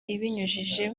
ibinyujije